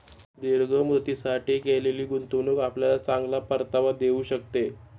दीर्घ मुदतीसाठी केलेली गुंतवणूक आपल्याला चांगला परतावा देऊ शकते